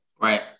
Right